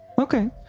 Okay